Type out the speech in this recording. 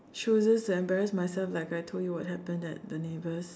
chooses to embarrass myself like I told you what happened at the neighbours